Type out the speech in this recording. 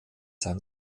sein